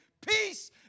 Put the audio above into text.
peace